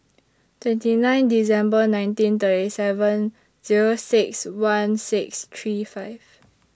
twenty nine December nineteen thirty seven Zero six one six three five